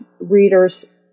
readers